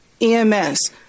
EMS